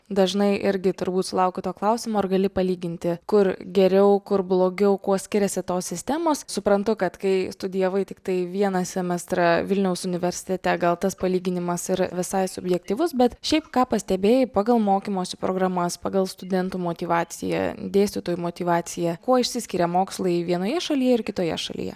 dažnai irgi turbūt sulaukiu to klausimo ar gali palyginti kur geriau kur blogiau kuo skiriasi tos sistemos suprantu kad kai studijavai tiktai vieną semestrą vilniaus universitete gal tas palyginimas ir visai subjektyvus bet šiaip ką pastebėjai pagal mokymosi programas pagal studentų motyvaciją dėstytojų motyvaciją kuo išsiskiria mokslai vienoje šalyje ir kitoje šalyje